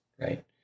right